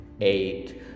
eight